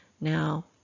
Now